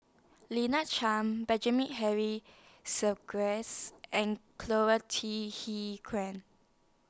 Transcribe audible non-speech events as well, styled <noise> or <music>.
Lina Chiam Benjamin Henry <unintelligible> and <unintelligible> Quan